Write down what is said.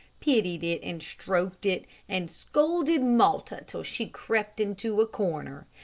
pitied it and stroked it, and scolded malta till she crept into a corner.